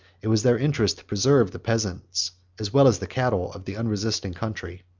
it was their interest to preserve the peasants as well as the cattle, of the unresisting country.